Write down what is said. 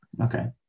okay